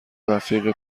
رفیق